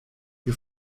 you